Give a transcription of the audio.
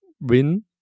win